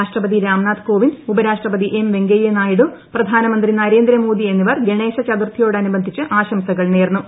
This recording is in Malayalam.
രാഷ്ട്രപതി രാംനാഥ് കോവിന്ദ് ഉപ്രൊഷ്ട്പതി എം വെങ്കയ്യ നായിഡു പ്രധാനമന്ത്രി നരേന്ദ്രമോദി എന്നിവർ ഗണേശ ചതുർത്ഥിയോട് അനുബന്ധിച്ച് ആശംസകൾ ്റ്നേർന്നു